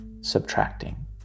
subtracting